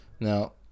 now